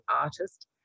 artist